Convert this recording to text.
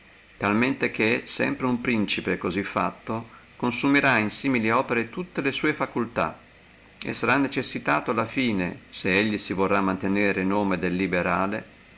talmente che sempre uno principe cosí fatto consumerà in simili opere tutte le sue facultà e sarà necessitato alla fine se si vorrà mantenere el nome del liberale